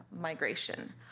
migration